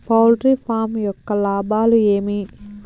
poultry farm యొక్క లాభాలు ఏమి